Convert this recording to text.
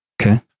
Okay